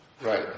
Right